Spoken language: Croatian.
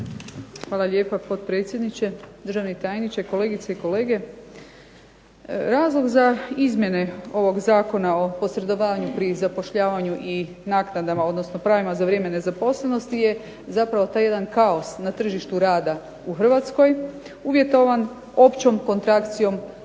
Hvala lijepa potpredsjedniče, državni tajniče, kolegice i kolege. Razlog za izmjene ovog Zakona o posredovanju pri zapošljavanju i naknadama, odnosno pravima za vrijeme nezaposlenosti je zapravo taj jedan kaos na tržištu rada u Hrvatskoj, uvjetovan općom kontrakcijom gospodarske